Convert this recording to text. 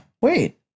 Wait